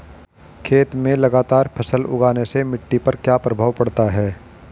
खेत में लगातार फसल उगाने से मिट्टी पर क्या प्रभाव पड़ता है?